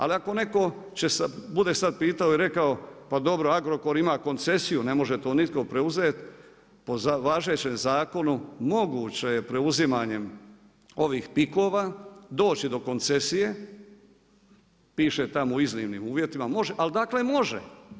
Ali ako netko bude sad pitao i rekao, pa dobro Agrokor ima koncesiju, ne može to nitko preuzeti, po važećem zakonu, moguće je preuzimanjem ovih pikova doći do koncesije, piše tamo u iznimnim uvjetima, može, ali dakle može.